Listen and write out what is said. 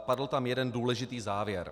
Padl tam jeden důležitý závěr.